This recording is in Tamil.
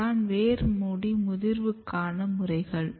இதுதான் வேர் மூடி முதிர்வுக்கான முறைகள்